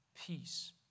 Peace